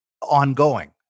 ongoing